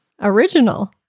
Original